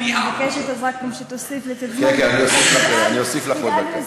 אני רק מבקשת שתוסיף, כן, אני אוסיף לך עוד דקה.